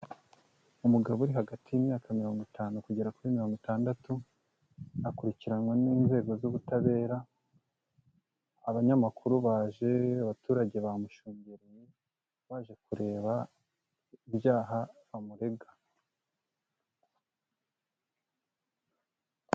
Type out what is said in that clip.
Umugabo uri hagati y'imyaka mirongo itanu kugera kuri mirongo itandatu akurikiranwe n'inzego z'ubutabera, abanyamakuru baje, abaturage bamushungereye, baje kureba ibyaha amurega.